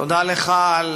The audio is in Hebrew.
תודה לך על